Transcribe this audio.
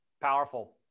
Powerful